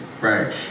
Right